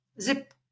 zip